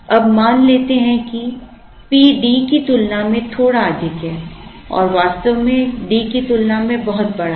अब मान लेते हैं कि P D की तुलना में थोड़ा अधिक है और वास्तव में D की तुलना में बहुत बड़ा है